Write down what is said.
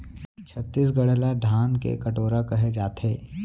छत्तीसगढ़ ल धान के कटोरा कहे जाथे